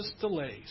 delays